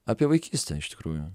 apie vaikystę iš tikrųjų